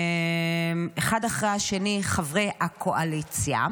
אחד אחרי השני, חברי הקואליציה.